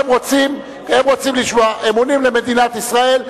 הם רוצים לשמור אמונים למדינת ישראל.